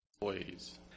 Boys